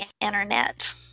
internet